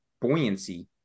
buoyancy